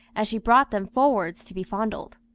as she brought them forwards to be fondled.